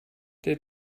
der